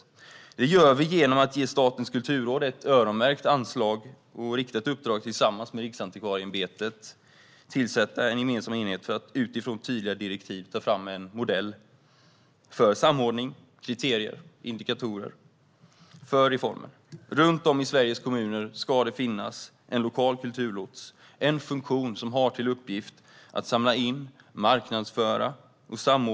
Detta gör vi genom att ge Statens kulturråd ett öronmärkt anslag och ett riktat uppdrag att tillsammans med Riksantikvarieämbetet tillsätta en gemensam enhet för att utifrån tydliga direktiv ta fram en modell för samordning, kriterier och indikatorer för reformen. Runt om i Sveriges kommuner ska det finnas en lokal kulturlots, vars uppgift ska vara insamling, marknadsföring och samordning.